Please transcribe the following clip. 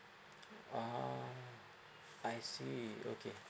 oh I see okay